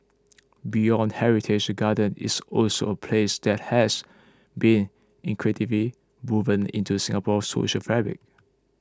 beyond heritage the gardens is also a place that has been intricately woven into Singapore's social fabric